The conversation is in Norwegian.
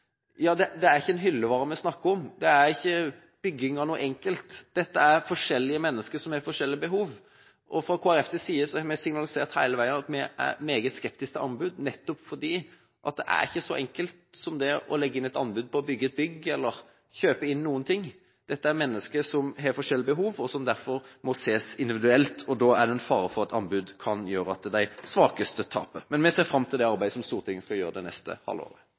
som har forskjellige behov, og fra Kristelig Folkepartis side har vi signalisert hele veien at vi er meget skeptiske til anbud, nettopp fordi det ikke er så enkelt som det å legge inn et anbud på å bygge et bygg eller kjøpe inn noen ting. Dette er mennesker som har forskjellig behov, og som derfor må ses individuelt, og da er det en fare for at anbud kan gjøre at de svakeste taper. Men vi ser fram til det arbeidet som Stortinget skal gjøre det neste